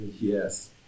Yes